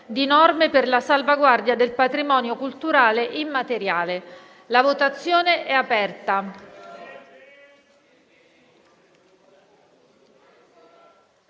di norme per la salvaguardia del patrimonio culturale immateriale. La 7a Commissione